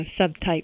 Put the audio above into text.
subtype